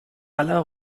aller